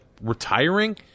retiring